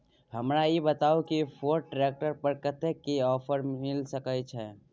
हमरा ई बताउ कि फोर्ड ट्रैक्टर पर कतेक के ऑफर मिलय सके छै?